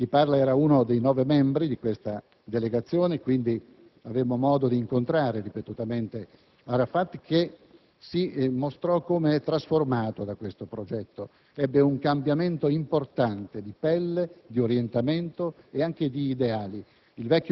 Chi parla era uno dei nove membri di quella delegazione. Avemmo, quindi, modo d'incontrare ripetutamente Arafat, che si mostrò come trasformato da quel progetto; ebbe un cambiamento importante di pelle, di orientamento e anche di ideali.